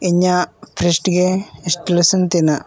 ᱤᱧᱟᱹᱜ fridge installation ᱛᱤᱱᱟᱹᱜ